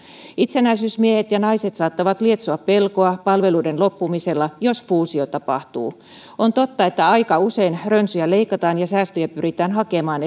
itsenäisyysmiehet ja naiset saattavat lietsoa pelkoa palveluiden loppumisesta jos fuusio tapahtuu on totta että aika usein rönsyjä leikataan ja säästöjä pyritään hakemaan